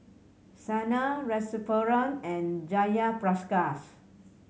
Sanal Rasipuram and Jayaprakash